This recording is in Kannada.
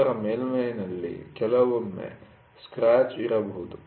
ನಂತರ ಮೇಲ್ಮೈ'ನಲ್ಲಿ ಕೆಲವೊಮ್ಮೆ ಸ್ಕ್ರಾಚ್ ಇರಬಹುದು